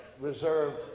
reserved